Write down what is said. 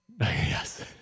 Yes